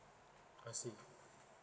I see